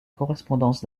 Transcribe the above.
correspondance